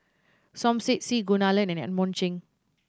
Som Said C Kunalan and Edmund Cheng